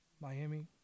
Miami